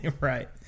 Right